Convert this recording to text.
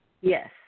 Yes